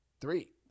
three